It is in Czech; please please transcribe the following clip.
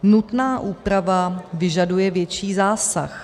Nutná úprava vyžaduje větší zásah.